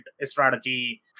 strategy